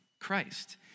Christ